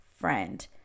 friend